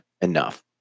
enough